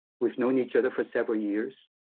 we've known each other for several years.